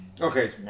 Okay